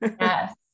Yes